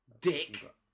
Dick